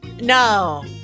No